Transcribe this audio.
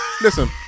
listen